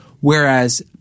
Whereas